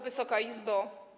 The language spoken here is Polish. Wysoka Izbo!